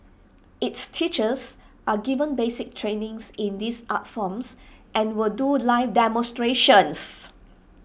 its teachers are given basic training in these art forms and will do live demonstrations